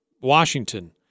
Washington